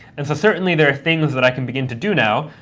and so certainly there are things that i can begin to do now.